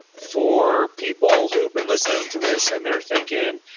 for people who've been listening to this and they're thinking,